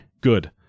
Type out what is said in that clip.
Good